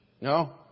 No